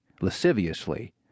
lasciviously